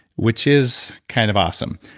which is kind of awesome.